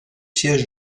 sièges